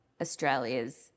Australia's